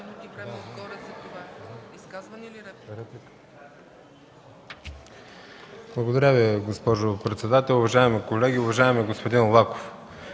Благодаря Ви, госпожо председател. Уважаеми колеги, уважаеми господин